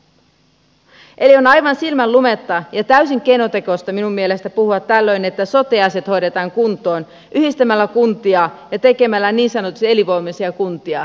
eli on aivan silmänlumetta ja täysin keinotekoista minun mielestäni puhua tällöin että sote asiat hoidetaan kuntoon yhdistämällä kuntia ja tekemällä niin sanotusti elinvoimaisia kuntia